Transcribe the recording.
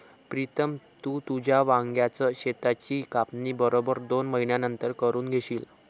प्रीतम, तू तुझ्या वांग्याच शेताची कापणी बरोबर दोन महिन्यांनंतर करून घेशील